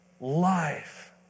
life